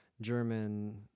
German